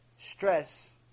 stress